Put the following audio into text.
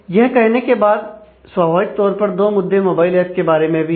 यह कहने के बाद स्वाभाविक तौर पर दो मुद्दे मोबाइल ऐप के बारे में भी हैं